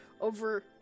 Over